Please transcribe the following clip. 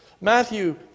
Matthew